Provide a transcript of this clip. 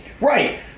Right